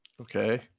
Okay